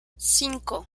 cinco